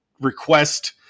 request